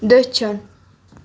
دٔچھُن